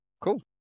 Cool